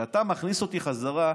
כשאתה מכניס אותי חזרה,